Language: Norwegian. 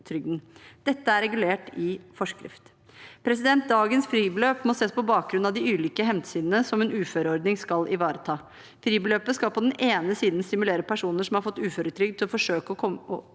Dette er regulert i forskrift. Dagens fribeløp må ses på bakgrunn av de ulike hensynene som en uføreordning skal ivareta. Fribeløpet skal på den ene siden stimulere personer som har fått uføretrygd, til å forsøke seg